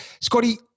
Scotty